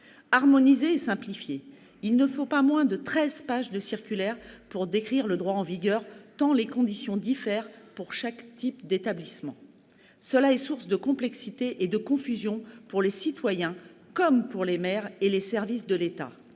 l'harmonisation et la simplification. Il ne faut pas moins de treize pages de circulaire pour décrire le droit en vigueur, tant les conditions diffèrent pour chaque type d'établissement. Cela est source de complexité et de confusion pour les citoyens, comme pour les maires et les services de l'État.